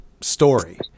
story